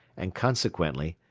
and, consequently,